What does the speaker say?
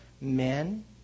men